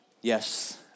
Yes